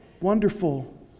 Wonderful